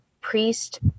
priest